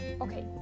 Okay